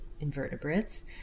invertebrates